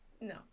no